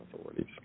authorities